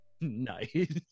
Nice